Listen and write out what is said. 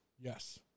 Yes